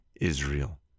Israel